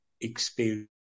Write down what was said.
experience